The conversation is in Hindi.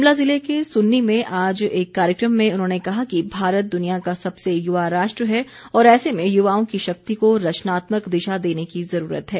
शिमला ज़िले के सुन्नी में आज एक कार्यक्रम में उन्होंने कहा कि भारत दुनिया का सबसे युवा राष्ट्र है और ऐसे में युवाओं की शक्ति को रचनात्मक दिशा देने की ज़रूरत है